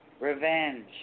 revenge